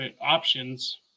options